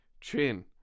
chin